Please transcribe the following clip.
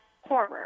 horror